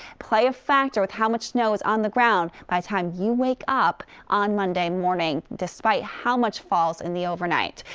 play a factor with how much snow is on the ground by the time you wake up on monday morning despite how much falls in the overnight.